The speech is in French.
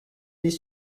des